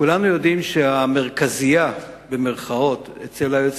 כולנו יודעים שה"מרכזייה" אצל היועץ